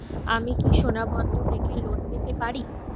আমি কি সোনা বন্ধক রেখে লোন পেতে পারি?